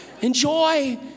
Enjoy